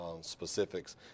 specifics